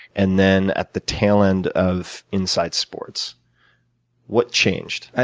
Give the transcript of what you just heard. and then at the tail end of inside sports what changed?